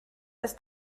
ist